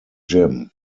jim